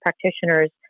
practitioners